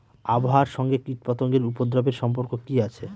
আবহাওয়ার সঙ্গে কীটপতঙ্গের উপদ্রব এর সম্পর্ক কি আছে?